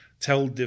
tell –